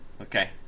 Okay